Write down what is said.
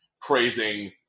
praising